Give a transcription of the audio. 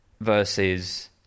versus